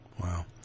wow